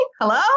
hello